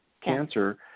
Cancer